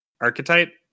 archetype